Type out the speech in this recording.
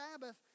Sabbath